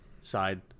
side